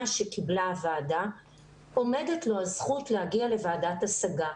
שקיבלה הוועדה עומדת לו הזכות להגיע לוועדת השגה.